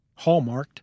hallmarked